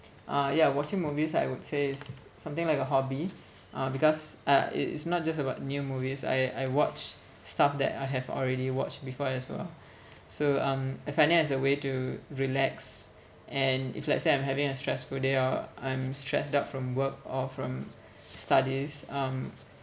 uh yeah watching movies I would say is something like a hobby uh because uh it's not just about new movies I I watch stuff that I have already watched before as well so um I find it as a way to relax and if let's say I'm having a stressful day or I'm stressed out from work or from studies um